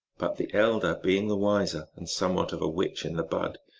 but the elder, being the wiser, and somewhat of a witch in the bud,